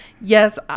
Yes